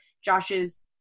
Josh's